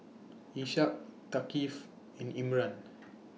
Ishak Thaqif and Imran